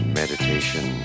meditation